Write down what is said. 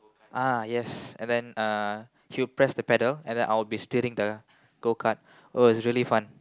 ah yes and then uh he will press the pedal and then I'll be steering the Go Cart oh is really fun